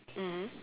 mmhmm